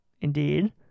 indeed